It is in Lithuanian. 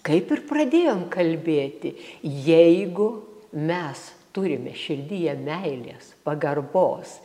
kaip ir pradėjom kalbėti jeigu mes turime širdyje meilės pagarbos